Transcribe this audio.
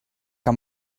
que